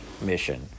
mission